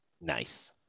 nice